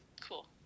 cool